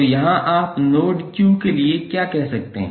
तो यहाँ आप नोड Q के लिए क्या कह सकते हैं